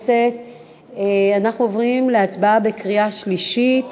אנחנו עוברים להצבעה בקריאה שלישית